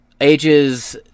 ages